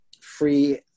free